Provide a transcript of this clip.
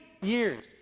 years